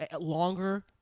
longer